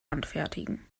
anfertigen